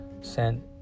sent